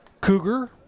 Cougar